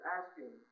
asking